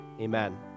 Amen